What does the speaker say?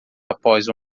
após